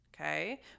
okay